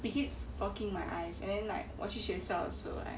it keeps poking my eyes and then like 我去学校的时候 right